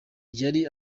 yari